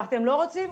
אתם לא רוצים?